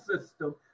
system